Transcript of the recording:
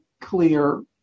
clear